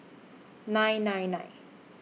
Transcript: nine nine nine